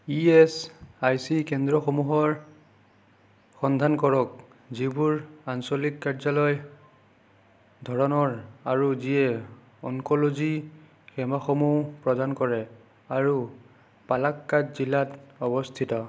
ESIC কেন্দ্ৰসমূহৰ সন্ধান কৰক যিবোৰ আঞ্চলিক কাৰ্যালয় ধৰণৰ আৰু যিয়ে অংক'লজি সেৱাসমূহ প্ৰদান কৰে আৰু পালাক্কাদ জিলাত অৱস্থিত